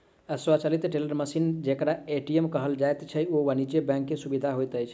स्वचालित teller machine जेकरा ATM कहल जाइत छै, ओ वाणिज्य बैंक के सुविधा होइत अछि